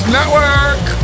Network